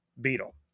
Beetle